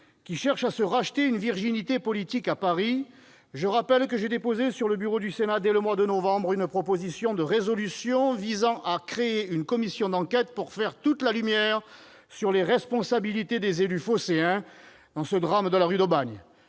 qui cherchent à se racheter une virginité politique à Paris, je rappellerai que j'avais déposé sur le bureau du Sénat, dès le mois de novembre dernier, une proposition de résolution visant à la création d'une commission d'enquête pour faire toute la lumière sur les responsabilités des élus phocéens, rappelant fortement